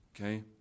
Okay